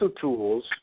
tools